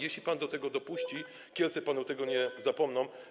Jeśli pan do tego dopuści, Kielce panu tego nie zapomną.